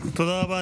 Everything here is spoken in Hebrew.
תודה רבה.